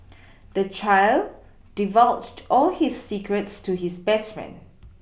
the child divulged all his secrets to his best friend